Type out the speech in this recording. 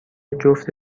جفت